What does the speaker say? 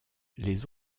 les